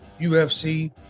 UFC